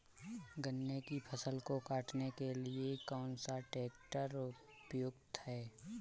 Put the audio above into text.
गन्ने की फसल को काटने के लिए कौन सा ट्रैक्टर उपयुक्त है?